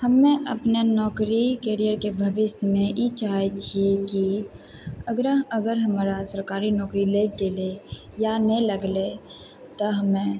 हमे अपने नौकरी कैरियरके भविष्यमे ई चाहै छियै कि अगरा अगर हमरा सरकारी नौकरी लागि गेलै या नहि लगलै तऽ हमे